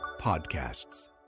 Podcasts